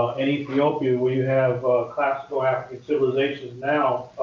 and ethiopia where you have classical african civilizations now,